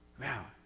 wow